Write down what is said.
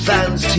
Fans